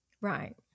Right